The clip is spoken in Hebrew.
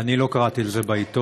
אני לא קראתי על זה בעיתון.